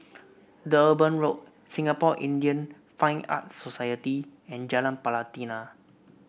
Durban Road Singapore Indian Fine Art Society and Jalan Pelatina